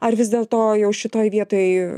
ar vis dėlto jau šitoj vietoj